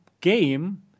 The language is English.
game